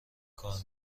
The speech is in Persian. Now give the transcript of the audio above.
کار